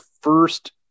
first